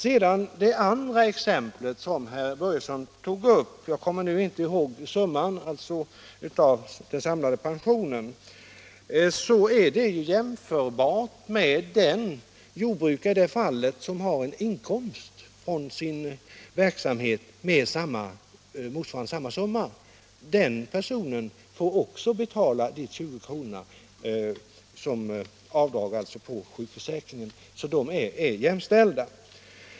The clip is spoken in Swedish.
Personen i det andra fallet som herr Börjesson tog upp är jämförbar med en jordbrukare som har inkomst av sin verksamhet motsvarande summan av de samlade pensionerna. Han får också 20 kr. per dag som avdrag på sjukförsäkringen. Dessa personer är alltså jämställda.